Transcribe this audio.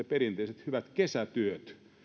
perinteiset hyvät kesätyöt